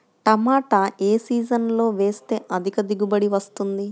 టమాటా ఏ సీజన్లో వేస్తే అధిక దిగుబడి వస్తుంది?